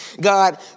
God